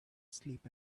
sleep